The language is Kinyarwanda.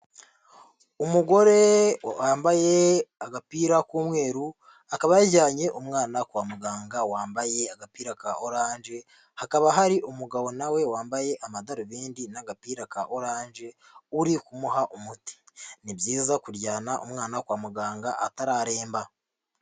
Umugore wambaye agapira k'umweru akaba yajyanye umwana kwa muganga wambaye agapira ka oranje, hakaba hari umugabo nawe wambaye amadarubindi n'agapira ka oranje uri kumuha umuti, ni byiza kujyana umwana kwa muganga atararemba.